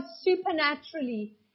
supernaturally